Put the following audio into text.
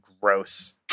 gross